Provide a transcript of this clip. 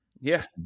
Yes